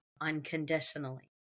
unconditionally